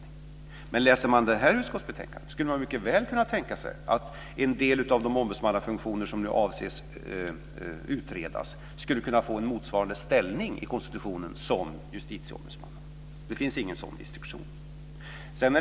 När man läser det här utskottsbetänkandet kan man mycket väl tänka sig att en del av de ombudsmannafunktioner som nu avses bli utredda skulle kunna få en ställning i konstitutionen motsvarande Justitieombudsmannens men det finns ingen sådan distinktion.